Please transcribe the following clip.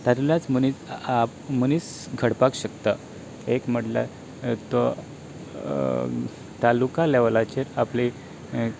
तांतूतल्यान मनीस मनीस घडपाक शकता एक म्हटल्यार तो तालुका लेवलाचेर आपली